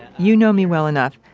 you know me well enough.